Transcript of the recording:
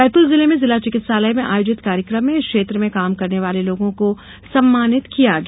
बैतूल जिले में जिला चिकित्सालय में आयोजित कार्यक्रम में इस क्षेत्र में काम करने वाले लोगों को सम्मानित किया गया